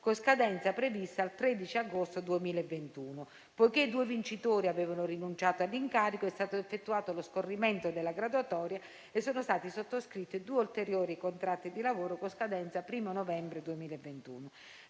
con scadenza prevista al 13 agosto 2021. Poiché due vincitori avevano rinunciato all'incarico, è stato effettuato lo scorrimento della graduatoria e sono stati sottoscritti due ulteriori contratti di lavoro con scadenza 1° novembre 2021.